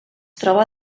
troba